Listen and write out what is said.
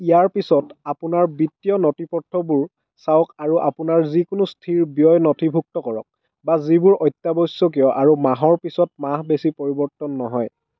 ইয়াৰ পিছত আপোনাৰ বিত্তীয় নথি পত্ৰবোৰ চাওক আৰু আপোনাৰ যিকোনো স্থিৰ ব্যয় নথিভুক্ত কৰক বা যিবোৰ অত্যাৱশ্যকীয় আৰু মাহৰ পিছত মাহ বেছি পৰিৱৰ্তন নহয়